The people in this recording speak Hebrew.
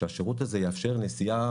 שהשירות הזה יאפשר נסיעה,